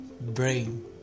brain